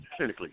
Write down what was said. clinically